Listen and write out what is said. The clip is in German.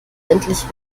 endlich